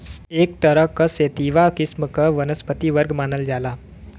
एक तरह क सेतिवा किस्म क वनस्पति वर्ग मानल जाला